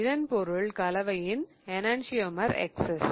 அதன் பொருள் கலவையின் எணன்சியமர் எக்ஸஸ்